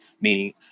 meaning